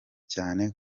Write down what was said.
cyane